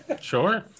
Sure